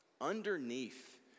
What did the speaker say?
Underneath